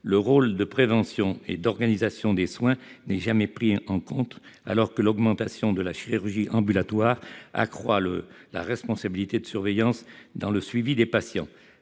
Le rôle de prévention et d'organisation des soins n'est jamais pris en compte, alors que l'augmentation de la chirurgie ambulatoire accroît la responsabilité de surveillance dans le suivi des patients.